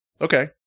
Okay